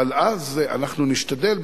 אבל אז אנחנו נשתדל,